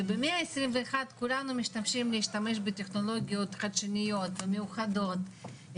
ובמאה ה-21 כולנו משתמשים בטכנולוגיות חדשניות ומיוחדות,